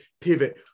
pivot